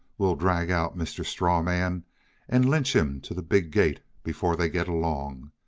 we'll drag out mr. strawman, and lynch him to the big gate before they get along.